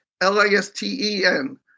L-I-S-T-E-N